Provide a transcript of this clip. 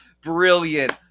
Brilliant